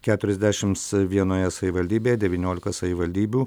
keturiasdešims vienoje savivaldybėje devyniolika savivaldybių